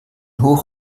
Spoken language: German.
hoch